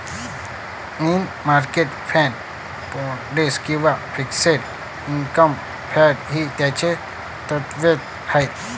मनी market fund, bonds किंवा fixed income fund ही त्याची तत्त्वे आहेत